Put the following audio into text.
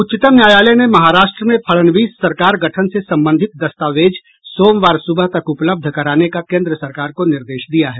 उच्चतम न्यायालय ने महाराष्ट्र में फड़नवीस सरकार गठन से संबंधित दस्तावेज सोमवार सुबह तक उपलब्ध कराने का केंद्र सरकार को निर्देश दिया है